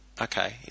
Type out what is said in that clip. okay